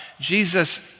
Jesus